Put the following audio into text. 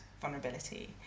vulnerability